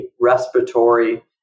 respiratory